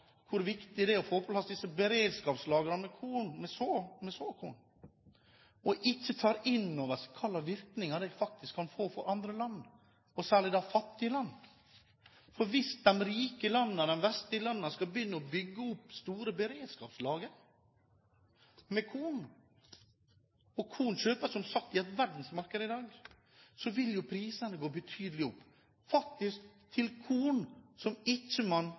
hvor viktig det er å få på plass disse beredskapslagrene med såkorn. Man tar ikke inn over seg hva slags virkninger det kan få for andre land, særlig de fattige landene. For hvis de rike landene, de vestlige landene, skulle begynne å bygge opp store beredskapslagre med korn – korn kjøpes som sagt i et verdensmarked i dag – ville jo prisene gå betydelig opp. Dette er korn som man i utgangspunktet ikke